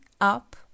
up